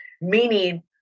Meaning